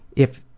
if,